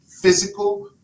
physical